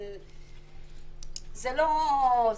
זה לא זה.